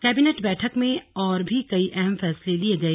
cabinet बैठक में और भी कई अहम फैसले लिए गए